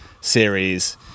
series